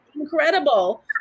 incredible